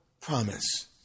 Promise